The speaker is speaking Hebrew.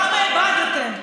למה איבדתם?